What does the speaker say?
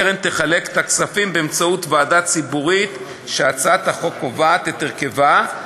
הקרן תחלק את הכספים באמצעות ועדה ציבורית שהצעת החוק קובעת את הרכבה,